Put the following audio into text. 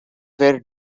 were